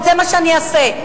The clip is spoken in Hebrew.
זה מה שאני אעשה.